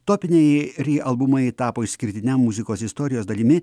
topinėje ry albumai tapo išskirtine muzikos istorijos dalimi